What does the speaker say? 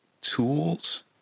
tools